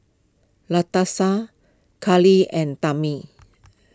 Latasha Karlie and Tammy